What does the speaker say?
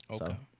Okay